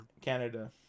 Canada